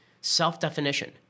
Self-definition